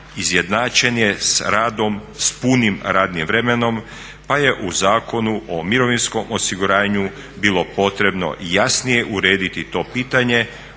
izjednačen je s radom s punim radnim vremenom pa je u Zakonu o mirovinskom osiguranju bilo potrebno jasnije urediti to pitanje,